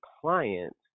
client